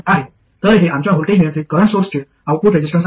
तर हे आमच्या व्होल्टेज नियंत्रित करंट सोर्सचे आउटपुट रेजिस्टन्स आहे